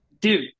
Dude